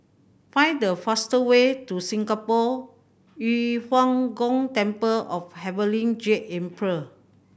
find the fast way to Singapore Yu Huang Gong Temple of Heavenly Jade Emperor